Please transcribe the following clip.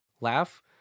Laugh